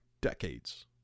decades